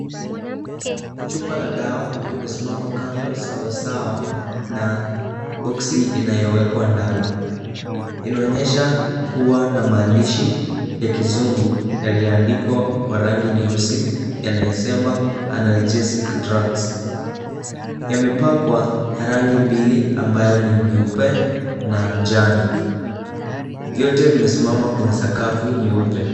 Chupa la dawa limesimama kando sawasawa na boksi inayowekwa ndani. Inaonyesha kuwa na maandishi ya kizungu yaliyoandikwa kwa rangi nyeusi yanayosema analgesic drugs . Yamepakwa rangi mbili ambayo ni nyeupe na njano. Vyote vimesimama kwenye sakafu nyeupe.